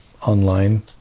online